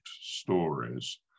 stories